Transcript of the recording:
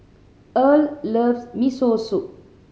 Earl loves Miso Soup